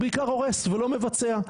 שהוא בעיקר הורס ולא מבצע.